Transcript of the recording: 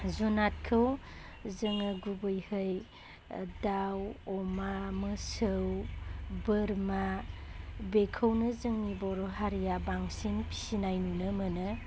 जुनादखौ जोङो गुबैहै दाउ अमा मोसौ बोरमा बेखौनो जोंनि बर' हारिया बांसिन फिसिनाय नुनो मोनो